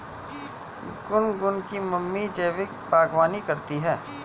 गुनगुन की मम्मी जैविक बागवानी करती है